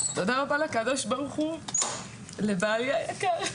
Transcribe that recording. תודה רבה לקב"ה, לבעלי היקר.